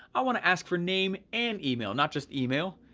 i wanna ask for name and email, not just email?